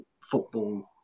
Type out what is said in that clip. football